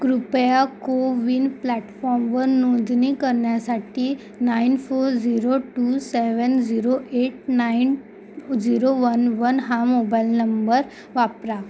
कृपया कोविन प्लॅटफॉमवन नोंदणी करण्यासाठी nine four zero two seven zero eight nine zero one one हा मोबाईल नंबर वापरा